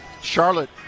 charlotte